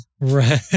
Right